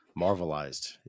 marvelized